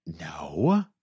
No